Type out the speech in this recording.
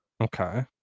Okay